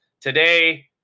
today